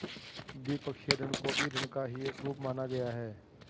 द्विपक्षीय ऋण को भी ऋण का ही एक रूप माना गया है